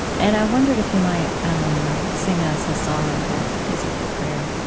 and i wondered if you might sing us a song that is a prayer